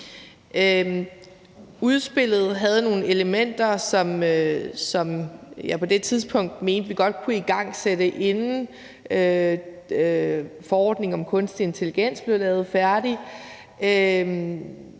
Udspillet havde nogle elementer, som jeg på det tidspunkt mente vi godt kunne igangsætte, inden forordningen om kunstig intelligens blev lavet færdig,